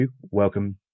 welcome